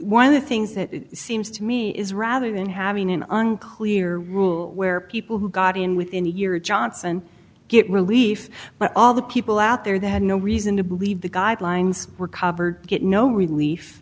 one of the things that seems to me is rather than having an unclear rule where people who got in within a year johnson get relief but all the people out there they had no reason to believe the guidelines were covered get no relief